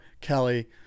Kelly